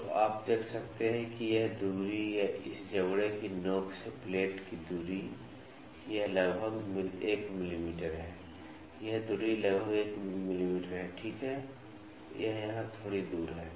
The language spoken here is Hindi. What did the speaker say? तो आप देख सकते हैं कि यह दूरी या इस जबड़े की नोक से प्लेट की दूरी यह लगभग 1 मिमी है यह दूरी लगभग 1 मिमी है ठीक है यह यहां थोड़ी दूरी है